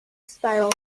spiral